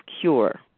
cure